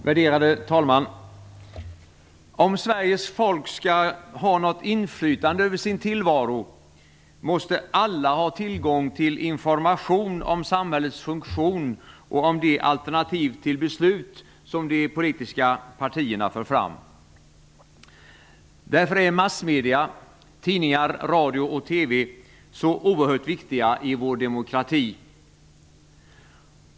Värderade talman! Om Sveriges folk skall kunna ha något inflytande över sin tillvaro, måste alla ha tillgång till information om samhällets funktion och om de alternativ till beslut som de politiska partierna för fram. Därför är massmedierna - tidningar, radio och TV - så oerhört viktiga i vår demokrati.